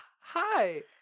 Hi